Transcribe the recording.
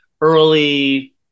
early